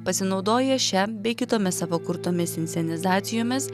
pasinaudoję šia bei kitomis savo kurtomis inscenizacijomis